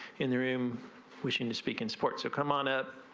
in the room wishing to speak in sports so come on up.